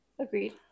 Agreed